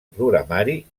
programari